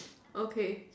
okay